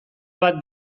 bat